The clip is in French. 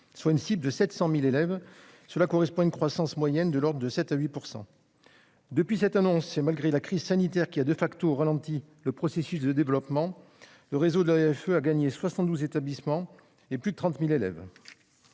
soit une cible de 700 000 élèves. Cela correspond à une croissance moyenne de l'ordre de 7 % à 8 %. Depuis cette annonce, et malgré la crise sanitaire qui a ralenti le processus de développement, le réseau de l'AEFE a gagné 72 établissements et plus de 30 000 élèves.